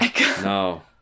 no